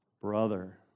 brother